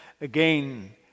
again